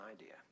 idea